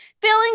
feeling